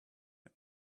him